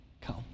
come